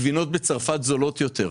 הגבינות בצרפת זולות יותר,